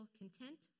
content